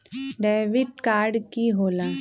Debit card की होला?